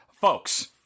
folks